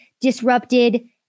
disrupted